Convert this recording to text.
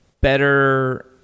better